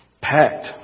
packed